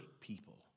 people